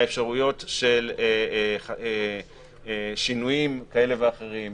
האפשרויות של שינויים כאלה ואחרים.